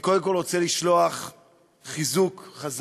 קודם כול אני רוצה לשלוח חיזוק חזק,